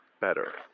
better